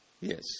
Yes